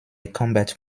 combat